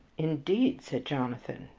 indeed, said jonathan,